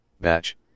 Batch